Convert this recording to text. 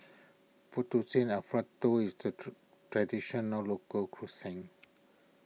Fettuccine Alfredo is to Traditional Local Cuisine